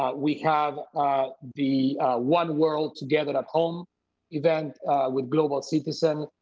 we have the one world together at home event with global citizens,